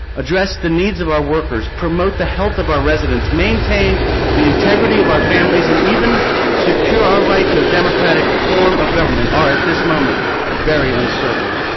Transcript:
address the needs of our workers, promote the health of our residents, maintain the integrity of our families and even secure our right to a democratic form of government are at this moment very uncertain.